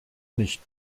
nicht